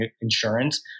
insurance